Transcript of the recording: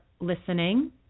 listening